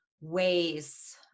ways